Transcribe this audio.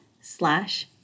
slash